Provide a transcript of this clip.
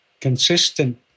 consistent